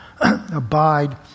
Abide